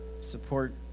support